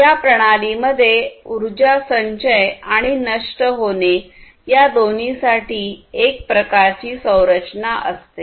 या प्रणालीमध्ये ऊर्जा संचय आणि नष्ट होणे या दोन्हीसाठी एक प्रकारची संरचना असते